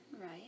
right